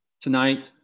tonight